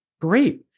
Great